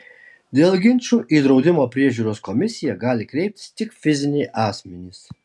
dėl ginčų į draudimo priežiūros komisiją gali kreiptis tik fiziniai asmenys